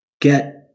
Get